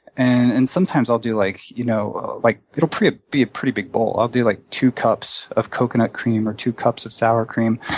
and and sometimes i'll do like you know like it'll ah be a pretty big bowl i'll do, like, two cups of coconut cream or two cups of sour cream.